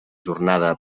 jornada